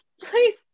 please